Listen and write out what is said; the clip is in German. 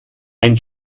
ein